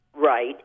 right